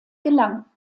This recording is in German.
gelang